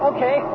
Okay